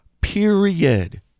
period